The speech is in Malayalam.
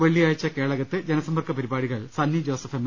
വെള്ളി യാഴ്ച കേളകത്ത് ജനസമ്പർക്ക പരിപാടികൾ സണ്ണി ജോസഫ് എം